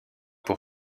pour